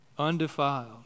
undefiled